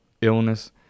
illness